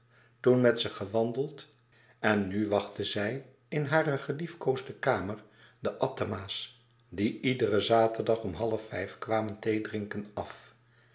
toen met ze gewandeld en nu wachtte zij in hare geliefkoosde kamer de van attema's die iederen zaterdag om half vijf kwamen theedrinken af